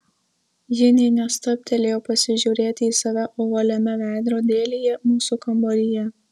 ji nė nestabtelėjo pasižiūrėti į save ovaliame veidrodėlyje mūsų kambaryje